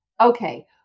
okay